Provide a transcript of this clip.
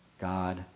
God